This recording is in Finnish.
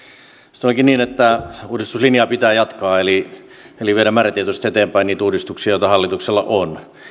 se onkin niin että uudistuslinjaa pitää jatkaa eli eli viedä määrätietoisesti eteenpäin niitä uudistuksia joita hallituksella on